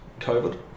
COVID